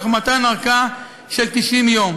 תוך מתן ארכה של 90 יום.